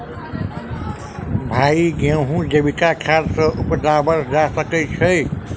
भाई गेंहूँ जैविक खाद सँ उपजाल जा सकै छैय?